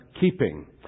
keeping